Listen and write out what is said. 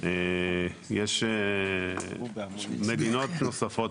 יש סיכוי שבמדינות נוספות